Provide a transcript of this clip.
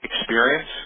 experience